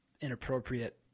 inappropriate